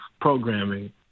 programming